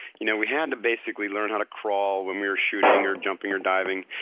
you know we had to basically learn how to crawl when we were shooting or jumping or diving.